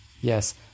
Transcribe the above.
Yes